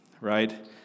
right